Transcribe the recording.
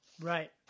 Right